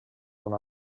una